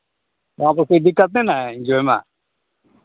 वहाँ पे कोई दिक्कत नहीं ना है एन जी ओ में